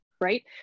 right